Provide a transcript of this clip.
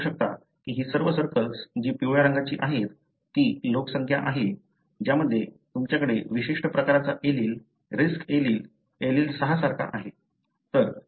तुम्ही पाहू शकता की ही सर्व सर्कल्स जी पिवळ्या रंगाची आहेत ती लोकसंख्या आहेत ज्यामध्ये तुमच्याकडे विशिष्ट प्रकारचा एलील रिस्क एलील एलील 6 सारखा आहे